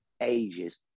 ages